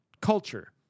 culture